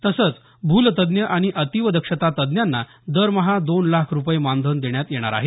तसंच भूलतज्ज्ञ आणि अतीव दक्षता तज्ज्ञांना दरमहा दोन लाख रुपये मानधन देण्यात येणार आहे